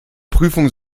prüfung